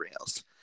rails